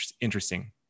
interesting